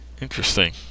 Interesting